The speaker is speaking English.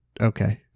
okay